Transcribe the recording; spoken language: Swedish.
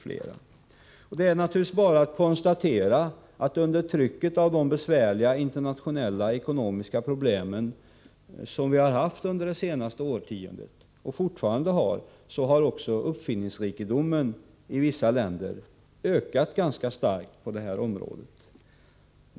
Det Det är naturligtvis bara att konstatera att under trycket av de besvärliga internationella ekonomiska problem som vi har haft under det senaste årtiondet och fortfarande har, har också uppfinningsrikedomen i vissa länder ökat ganska starkt på det här området.